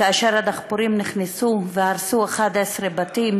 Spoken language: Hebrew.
כאשר הדחפורים נכנסו והרסו 11 בתים